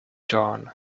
drawn